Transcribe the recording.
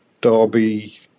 Derby